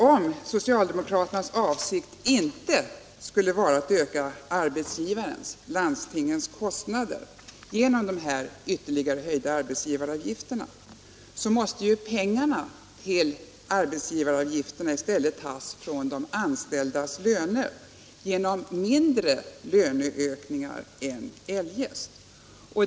Om socialdemokraternas avsikt inte skulle vara att öka arbetsgivarens, landstingens, kostnader genom de ytterligare höjningarna av arbetsgivaravgifterna, måste ju pengarna till arbetsgivaravgifterna i stället tas från de anställdas löner genom mindre löneökningar än eljest.